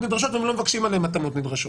נדרשות והם לא מבקשים עליהם התאמות נדרשות.